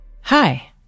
Hi